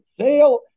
sale